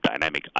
Dynamic